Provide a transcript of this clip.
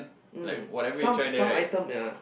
um some some item yea